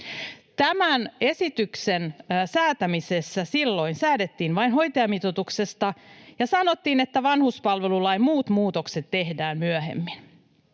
Tämän esityksen säätämisessä silloin säädettiin vain hoitajamitoituksesta ja sanottiin, että vanhuspalvelulain muut muutokset tehdään myöhemmin.